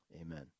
amen